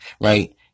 right